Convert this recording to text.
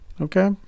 okay